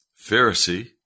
Pharisee